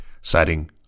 citing